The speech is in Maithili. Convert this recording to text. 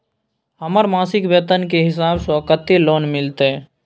हमर मासिक वेतन के हिसाब स कत्ते लोन मिलते?